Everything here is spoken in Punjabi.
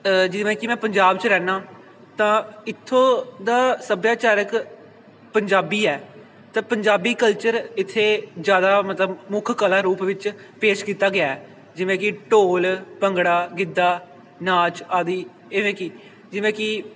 ਜਿਵੇਂ ਕਿ ਮੈਂ ਪੰਜਾਬ 'ਚ ਰਹਿੰਦਾ ਤਾਂ ਇੱਥੋਂ ਦਾ ਸੱਭਿਆਚਾਰਿਕ ਪੰਜਾਬੀ ਹੈ ਅਤੇ ਪੰਜਾਬੀ ਕਲਚਰ ਇੱਥੇ ਜ਼ਿਆਦਾ ਮਤਲਬ ਮੁੱਖ ਕਲਾ ਰੂਪ ਵਿੱਚ ਪੇਸ਼ ਕੀਤਾ ਗਿਆ ਜਿਵੇਂ ਕਿ ਢੋਲ ਭੰਗੜਾ ਗਿੱਧਾ ਨਾਚ ਆਦਿ ਇਵੇਂ ਕਿ ਜਿਵੇਂ ਕਿ